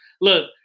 Look